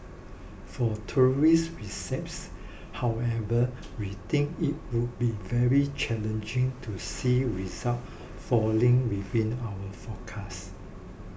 for tourist receipts however we think it would be very challenging to see results falling within our forecast